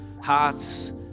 Hearts